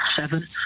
Seven